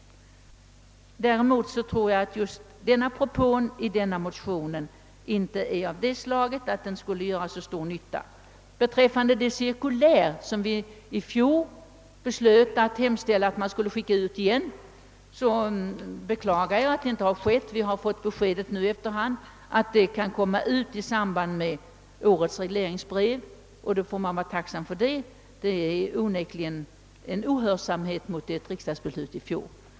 Däremot tror jag inte att förverkligandet av propån i just denna motion skulle bli till någon större nytta. Beträffande det cirkulär som riksdagen i fjol hemställde att Kungl. Maj:t skulle skicka ut igen, beklagar jag att detta inte har blivit gjort. Vi har nu i efterhand fått besked att cirkuläret kan väntas i samband med årets regleringsbrev. Man får vara tacksam för det, men här är det onekligen fråga om ohörsamhet mot riksdagens beslut i fjol.